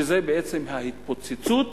שזה בעצם ההתפוצצות